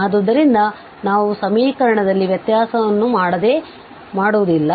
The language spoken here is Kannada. ಆದ್ದರಿಂದ ನಾವು ಸಮೀಕರಣದಲ್ಲಿ ವ್ಯತ್ಯಾಸವನ್ನು ಮಾಡವುದಿಲ್ಲ